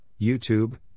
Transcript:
YouTube